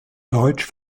deutsch